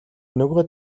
нөгөө